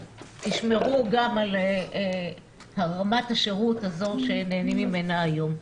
תשמרו גם על רמת השירות הזאת ממנה נהנים היום.